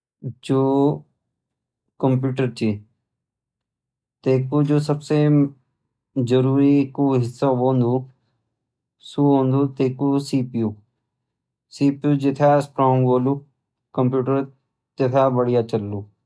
जो कम्प्युटर छ तै कु जु सबसे जरूरी कु हिस्सा होंद सु होंद तै कु सीपीयू। सीपीयू जथ्यां स्ट्रांग होल कम्प्युटर तथ्यां बडिया चललु।